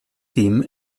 team